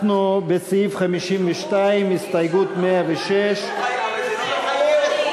אנחנו בסעיף 52, הסתייגות 106. זאת אפשרות.